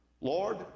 Lord